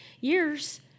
years